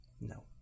No